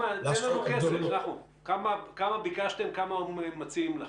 כמה ביקשתם וכמה מציעים לכם?